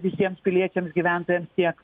visiems piliečiams gyventojams tiek